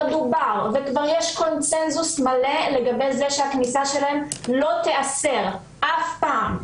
דובר וכבר יש קונצנזוס מלא לגבי זה שהכניסה שלהם לא תיאסר אף פעם,